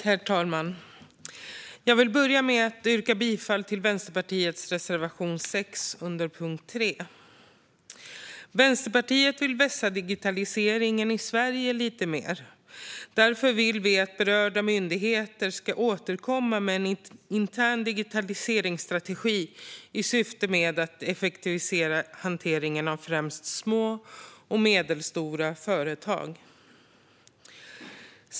Herr talman! Jag vill börja med att yrka bifall till Vänsterpartiets reservation 6 under punkt 3. Vänsterpartiet vill vässa digitaliseringen i Sverige lite mer. Därför vill vi att berörda myndigheter ska återkomma med en intern digitaliseringsstrategi i syfte att effektivisera hanteringen av främst små och medelstora företag.